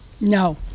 No